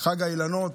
חג האילנות.